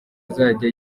azajya